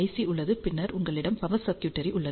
C உள்ளது பின்னர் உங்களிடம் பவர் சர்க்யூட்ரி உள்ளது